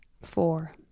four